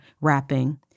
rapping